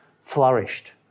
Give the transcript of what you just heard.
flourished